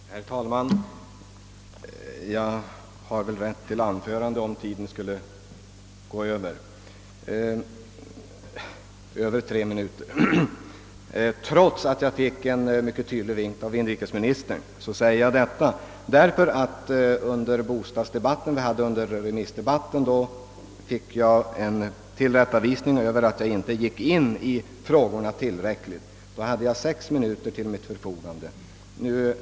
Herr talman! Jag har väl rätt till anförande även om det skulle vara längre än tre minuter? Trots att jag fick en mycket tydlig vink av inrikesministern säger jag detta, ty under den bostadsdebatt vi hade under remissdebatten fick jag en tillrättavisning för att jag inte tillräckligt gick in i frågorna. Då hade jag sex minuter till mitt förfogande.